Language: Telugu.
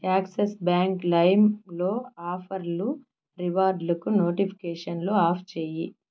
యాక్సస్ బ్యాంక్ లైమ్లో ఆఫర్లు రివార్డులకు నోటిఫికేషన్లు ఆఫ్ చెయ్యి